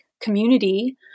community